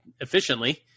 efficiently